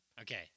Okay